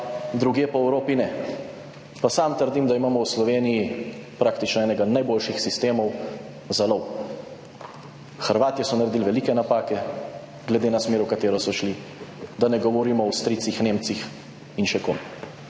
drugje po Evropi ne. Pa sam trdim, da imamo v Sloveniji praktično enega najboljših sistemov za lov. Hrvatje so naredili velike napake glede na smer, v katero so šli, da ne govorimo o Avstrijcih, Nemcih in še komu.